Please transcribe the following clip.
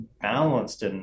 balanced